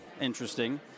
interesting